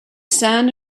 sand